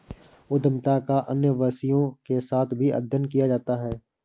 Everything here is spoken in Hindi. उद्यमिता का अन्य विषयों के साथ भी अध्ययन किया जाता है